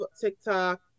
TikTok